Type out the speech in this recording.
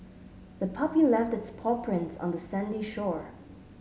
the puppy left its paw prints on the sandy shore